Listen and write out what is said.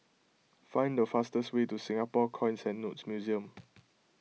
find the fastest way to Singapore Coins and Notes Museum